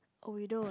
oh we don't